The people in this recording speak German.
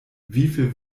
wieviel